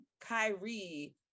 Kyrie